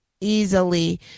easily